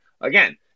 again